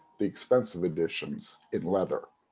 the expensive editions in leather.